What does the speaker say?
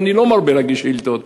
ואני לא מרבה להגיש שאילתות: